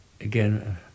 Again